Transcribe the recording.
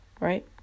right